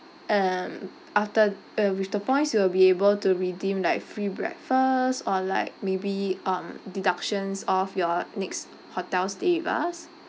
um after uh with the points you will be able to redeem like free breakfast or like maybe um deductions of your next hotel stay with us